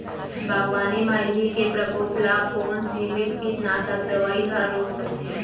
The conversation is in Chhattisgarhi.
बागवानी म इल्ली के प्रकोप ल कोन सीमित कीटनाशक दवई ह रोक सकथे?